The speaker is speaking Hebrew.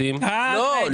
מהעניין.